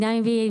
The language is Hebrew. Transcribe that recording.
מדם ליבי.